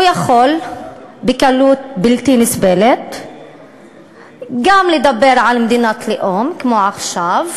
הוא יכול בקלות בלתי נסבלת גם לדבר על מדינת לאום כמו עכשיו,